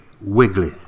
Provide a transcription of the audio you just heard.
Wiggly